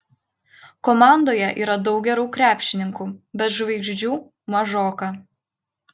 komandoje yra daug gerų krepšininkų bet žvaigždžių mažoka